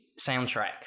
soundtrack